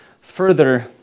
further